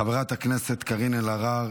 חברת הכנסת קארין אלהרר,